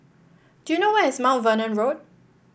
do you know where is Mount Vernon Road